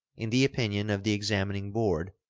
in the opinion of the examining board,